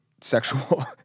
sexual